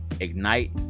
Ignite